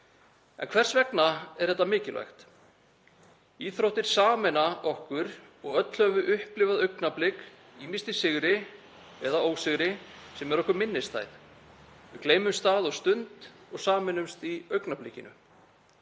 En hvers vegna er þetta mikilvægt? Íþróttir sameina okkur og öll höfum við upplifað augnablik, ýmist í sigri eða ósigri, sem eru okkur minnisstæð. Við gleymum stað og stund og sameinumst í augnablikinu.